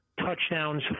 touchdowns